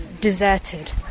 deserted